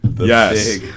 yes